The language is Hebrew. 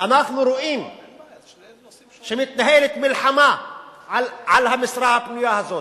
אנחנו רואים שמתנהלת מלחמה על המשרה הפנויה הזאת.